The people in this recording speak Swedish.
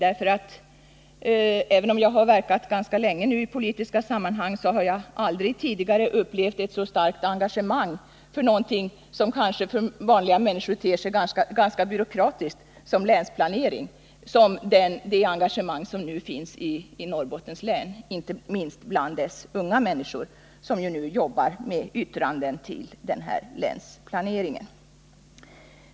Länsplanering kanske för vanliga människor ter sig som ganska byråkratiskt, men trots att jag nu har verkat ganska länge i politiska sammanhang har jag aldrig tidigare upplevt ett så starkt engagemang för någonting som det engagemang som nu finns för länsplaneringen i Norrbottens län. Det gäller inte minst de unga människor som nu jobbar med yttranden till länsplaneringen.